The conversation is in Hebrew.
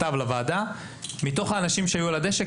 לוועדה שמסבירה מתוך האנשים שהיו על הדשא,